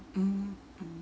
mm ya